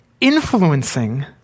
influencing